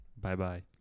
Bye-bye